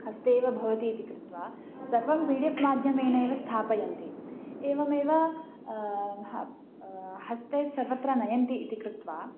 हस्ते एव भवति इति कृत्वा सर्वं पी डि एफ़् माध्यमेनैव स्थापयन्ति एवमेव हि हस्ते सर्वत्र नयन्ति इति कृत्वा